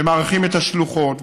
ומאריכים את השלוחות,